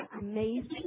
amazing